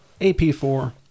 AP4